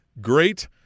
great